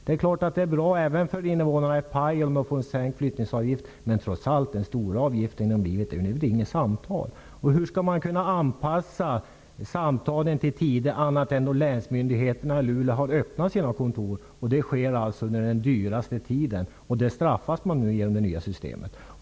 Det är bra för invånarna i Pajala att få en sänkt flyttningsavgift, men de stora avgifter som man har betalar man för de samtal som man ringer. Hur skall man kunna anpassa samtalen till andra tider än de när länsmyndigheterna i Luleå har sina kontor öppna? De är öppna under den dyraste teletiden. På det sättet blir man straffad i det nya systemet.